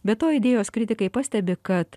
be to idėjos kritikai pastebi kad